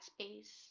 space